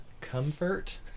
comfort